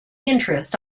interest